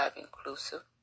inclusive